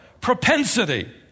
propensity